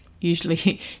usually